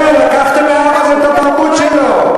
אנחנו, כן, לקחתם מהעם הזה את התרבות שלו,